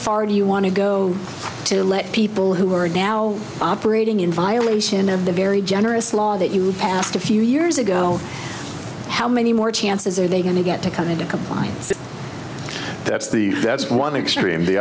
far do you want to go to let people who are now operating in violation of the very generous law that you passed a few years ago how many more chances are they going to get to come into compliance that's the that's one extreme the othe